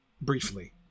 briefly